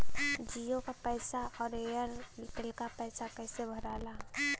जीओ का पैसा और एयर तेलका पैसा कैसे भराला?